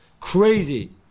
crazy